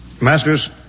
Masters